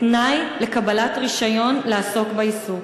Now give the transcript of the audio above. כתנאי לקבלת רישיון לעסוק בעיסוק.